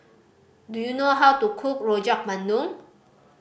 do you know how to cook Rojak Bandung